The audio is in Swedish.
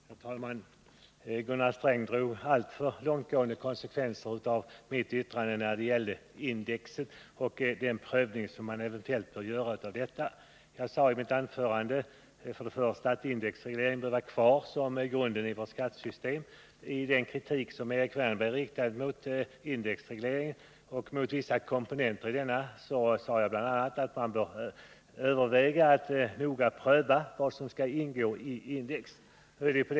Herr talman! Gunnar Sträng drog alltför långtgående slutsatser av mitt yttrande om den prövning av index som eventuellt bör göras. Jag sade i mitt anförande att indexregleringen bör vara kvar i vårt skattesystem. Beträffande den kritik som Erik Wärnberg riktade mot vissa komponenter i indexregleringen sade jag bl.a. att man noga bör pröva vad som skall ingå i index.